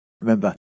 Remember